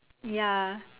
ya